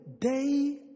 day